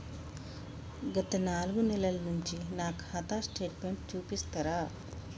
గత నాలుగు నెలల నుంచి నా ఖాతా స్టేట్మెంట్ చూపిస్తరా?